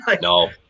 No